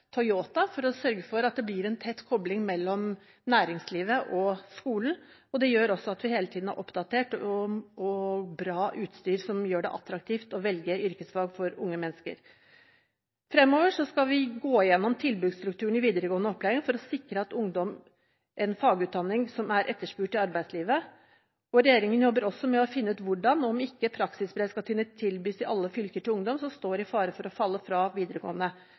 for å sørge for at det blir en tett kobling mellom næringslivet og skolen. Det gjør også at vi hele tiden har oppdatert og bra utstyr som gjør det attraktivt å velge yrkesfag for unge mennesker. Fremover skal vi gå igjennom tilbudsstrukturen i videregående opplæring for å sikre ungdom en fagutdanning som er etterspurt i arbeidslivet, og regjeringen jobber også med å finne ut hvordan og om ikke praksisbrev skal kunne tilbys i alle fylker til ungdom som står i fare for å falle fra videregående